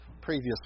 previous